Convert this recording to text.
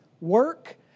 work